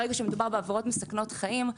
ברגע שמדובר בעבירות מסכנות חיים,